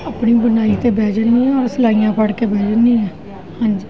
ਆਪਣੀ ਬੁਣਾਈ 'ਤੇ ਬਹਿ ਜਾਂਦੀ ਹਾਂ ਔਰ ਸਲਾਈਆਂ ਫੜ੍ਹ ਕੇ ਬਹਿ ਜਾਂਦੀ ਹਾਂ ਹਾਂਜੀ